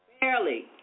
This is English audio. Barely